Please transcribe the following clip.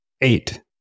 Eight